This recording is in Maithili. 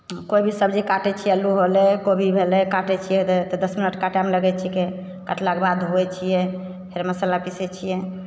कोइ भी सब्जी काटय छियै आलू होलय कोबी भेलय काटय छियै तऽ दस मिनट काटयमे लगय छीकै कटलाके बाद धोय छियै फेर मसल्ला पीसय छियै